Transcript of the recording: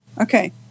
okay